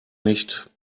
nicht